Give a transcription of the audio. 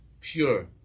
pure